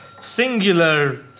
Singular